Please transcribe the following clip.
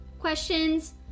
questions